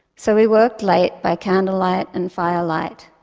so we worked late, by candlelight and firelight,